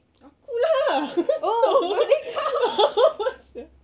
aku lah what the